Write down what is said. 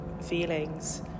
feelings